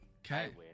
Okay